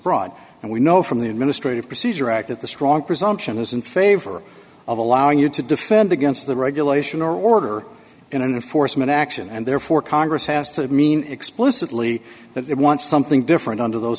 broad and we know from the administrative procedure act at the strong presumption is in favor allowing you to defend against the regulation or order in an foresman action and therefore congress has to mean explicitly that they want something different under those